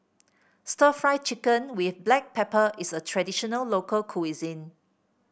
stir Fry Chicken with Black Pepper is a traditional local cuisine